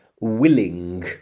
willing